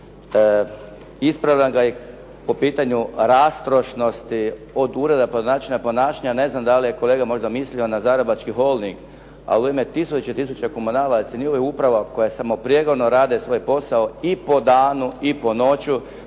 ispravljam ga i po pitanju rastrošnosti od ureda pa do načina ponašanja, ne znam da li je kolega možda mislio na Zagrebački Holding, ali u ime tisuće i tisuće komunalaca i njihovih uprava koje samoprijegorno rade svoj posao i po danu i po noći.